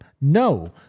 no